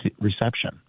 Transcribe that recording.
reception